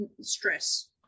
stress